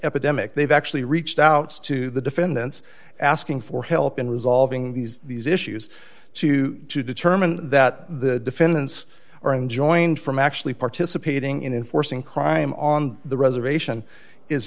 epidemic they've actually reached out to the defendants asking for help in resolving these these issues to determine that the defendants are enjoined from actually participating in force in crime on the reservation is